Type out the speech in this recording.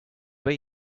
have